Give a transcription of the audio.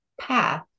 path